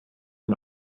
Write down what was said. und